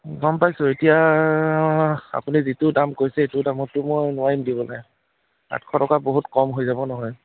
গম পাইছোঁ এতিয়া আপুনি যিটো দাম কৈছে সেইটো দামততো মই নোৱাৰিম দিবলৈ আঠশ টকা বহুত কম হৈ যাব নহয়